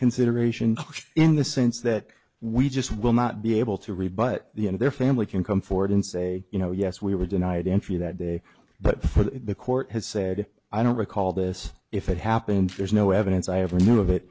consideration in the sense that we just will not be able to read but you know their family can come forward and say you know yes we were denied entry that day but the court has said i don't recall this if it happened there's no evidence i ever knew of it